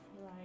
Right